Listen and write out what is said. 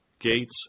gates